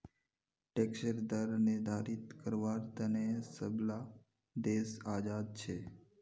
टैक्सेर दर निर्धारित कारवार तने सब ला देश आज़ाद छे